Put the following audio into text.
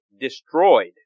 destroyed